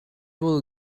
able